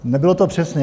Nebylo to přesně.